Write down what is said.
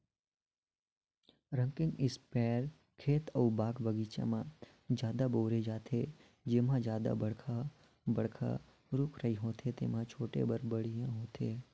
rocking sprayer खेत अउ बाग बगीचा में जादा बउरे जाथे, जेम्हे जादा बड़खा बड़खा रूख राई होथे तेम्हे छीटे बर बड़िहा होथे